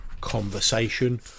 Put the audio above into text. conversation